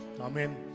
amen